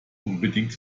unbedingt